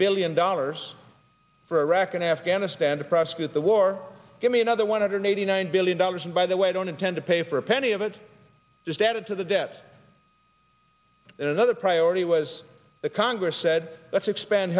billion dollars for iraq and afghanistan to prosecute the war give me another one hundred eighty nine billion dollars and by the way i don't intend to pay for a penny of it just added to the debt and another priority was the congress said let's expand